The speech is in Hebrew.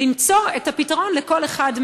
למצוא את הפתרון לכל אחד,